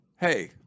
Hey